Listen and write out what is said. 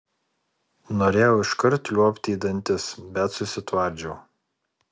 norėjau iškart liuobti į dantis bet susitvardžiau